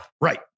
Right